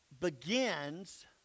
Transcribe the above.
begins